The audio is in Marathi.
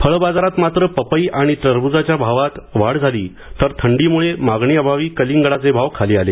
फळबाजारात मात्र पपई आणि टरब्जाच्या भावात वाढ झाली तर थंडीम्ळे मागणी अभावी कलिंगडाचे भाव खाली आले